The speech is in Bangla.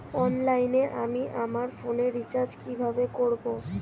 অনলাইনে আমি আমার ফোনে রিচার্জ কিভাবে করব?